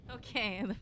Okay